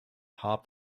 half